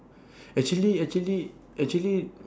actually actually actually